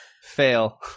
Fail